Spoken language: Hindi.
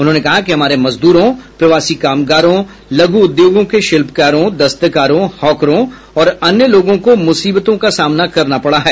उन्होंने कहा कि हमारे मजदूरों प्रवासी कामगारों लघु उद्योगों के शिल्पकारों दस्तकारों हॉकरों और अन्य लोगों को मुसीबतों का सामना करना पड़ा है